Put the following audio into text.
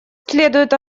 следует